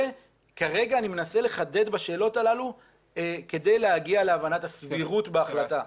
וכרגע אני מנסה לחדד בשאלות האלה כדי להגיע להבנת הסבירות בהחלטה.